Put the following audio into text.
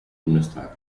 bundestag